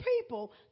people